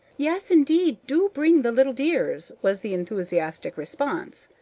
yes, indeed, do bring the little dears, was the enthusiastic response.